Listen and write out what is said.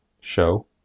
show